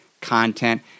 content